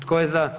Tko je za?